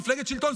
מפלגת השלטון,